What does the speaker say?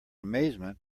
amazement